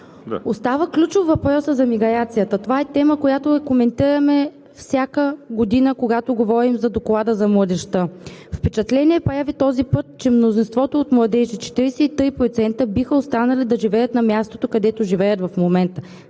Остава ключов въпросът за миграцията. Това е тема, която я коментираме всяка година, когато говорим за Доклада за младежта. Този път прави впечатление, че мнозинството от младежите – 43%, биха останали да живеят на мястото, където живеят в момента.